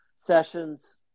sessions